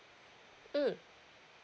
mm